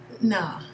no